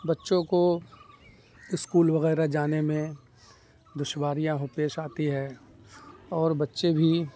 بچوں کو اسکول وغیرہ جانے میں دشواریاں پیش آتی ہے اور بچے بھی